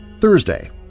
Thursday